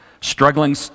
struggling